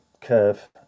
curve